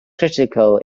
critical